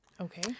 Okay